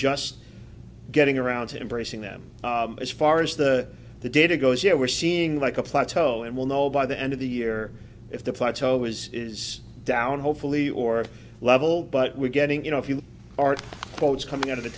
just getting around to embracing them as far as the the data goes you know we're seeing like a plateau and we'll know by the end of the year if the plateau is is down hopefully or level but we're getting you know if you are coming out of the